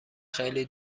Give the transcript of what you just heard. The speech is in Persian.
خیلی